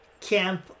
camp